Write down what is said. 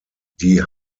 die